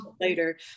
later